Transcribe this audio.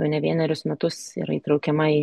jau ne vienerius metus yra įtraukiama į